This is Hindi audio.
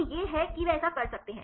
तो यह है कि वे ऐसा कैसे कर सकते हैं